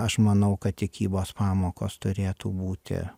aš manau kad tikybos pamokos turėtų būti